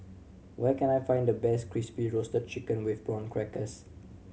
where can I find the best Crispy Roasted Chicken with Prawn Crackers